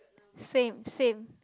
same same